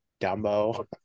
Dumbo